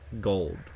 gold